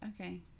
Okay